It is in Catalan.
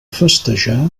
festejar